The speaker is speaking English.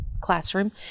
classroom